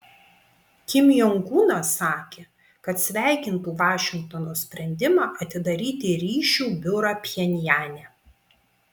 kim jong unas sakė kad sveikintų vašingtono sprendimą atidaryti ryšių biurą pchenjane